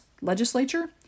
Legislature